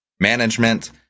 management